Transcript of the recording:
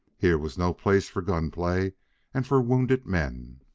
here was no place for gun-play and for wounded men.